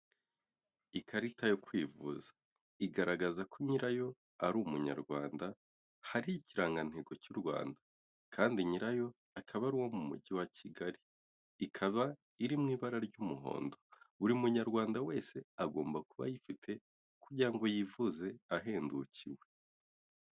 Ikarita yo kwivuza igaragaza ko nyirayo ari Umunyarwanda hari ikirangantego cy'u Rwanda Kandi nyirayo akaba ari uwo mu mujyi wa Kigali, ikaba iri mu ibara ry'umuhondo, buri munyarwanda wese agomba kuba ayifite kugira ngo yivuze ahendukiwe.